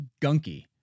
gunky